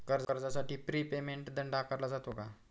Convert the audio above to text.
कर्जासाठी prepayment दंड आकारला जातो का?